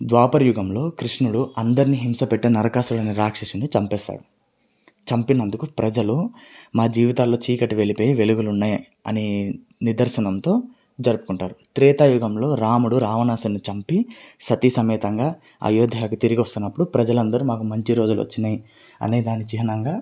ద్వాపర యుగంలో కృష్ణుడు అందరిని హింసపెట్టే నరకాసురడు అనే రాక్షసుడిని చంపేస్తాడు చంపినందుకు ప్రజలు మా జీవితాల్లో చీకటి వెలుపలే వెలుగులున్నాయి అనే నిదర్శనంతో జరుపుకుంటారు త్రేతా యుగంలో రాముడు రావణాసురుడిని చంపి సతీసమేతంగా అయోధ్యకు తిరిగి వస్తున్నప్పుడు ప్రజలు అందరూ మాకు మంచి రోజులు వచ్చాయి అనేదాని చిహ్నంగా